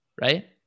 right